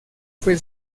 fue